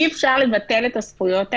אי-אפשר לבטל את הזכויות האלה,